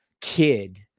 kid